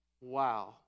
wow